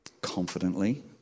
confidently